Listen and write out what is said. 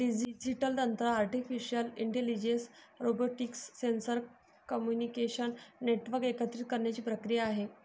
digital तंत्र artificial intelligence, robotics, sensor, communication network एकत्रित करण्याची प्रक्रिया आहे